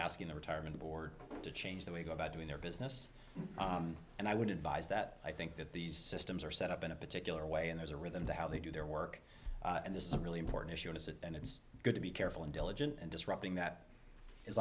asking the retirement board to change the way go about doing their business and i would advise that i think that these systems are set up in a particular way and there's a rhythm to how they do their work and this is a really important issue in us and it's good to be careful and diligent and disrupting that is